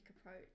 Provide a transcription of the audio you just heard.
approach